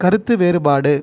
கருத்து வேறுபாடு